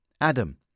Adam